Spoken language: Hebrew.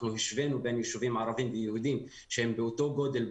אנחנו השווינו בין ישובים ערבים ויהודים שהם באותו גודל,